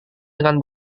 dengan